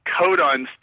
codons